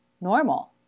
normal